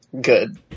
Good